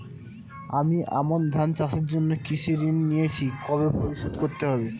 আমি আমন ধান চাষের জন্য কৃষি ঋণ নিয়েছি কবে পরিশোধ করতে হবে?